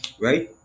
right